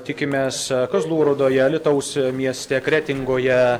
tikimės kazlų rūdoje alytaus mieste kretingoje